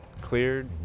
cleared